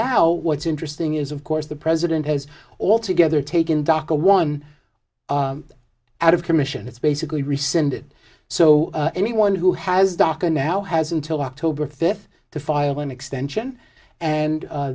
now what's interesting is of course the president has altogether taken doc a one out of commission it's basically rescinded so anyone who has doc on now has until october fifth to file an extension and